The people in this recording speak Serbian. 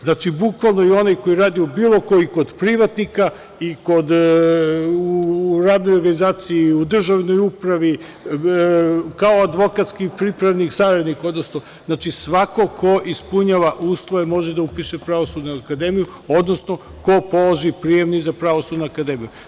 Znači, bukvalno, i onaj koji radi kod privatnika, u radnoj organizaciji, u državnoj upravi, kao advokatski pripravnik, saradnik, znači, svako ko ispunjava uslove može da upiše Pravosudnu akademiju, odnosno ko položi prijemni za Pravosudnu akademiju.